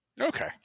okay